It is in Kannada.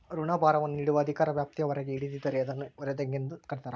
ಋಣಭಾರವನ್ನು ನೀಡುವ ಅಧಿಕಾರ ವ್ಯಾಪ್ತಿಯ ಹೊರಗೆ ಹಿಡಿದಿದ್ದರೆ, ಅದನ್ನು ಹೊರಗಿಂದು ಅಂತರ